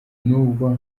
nubwo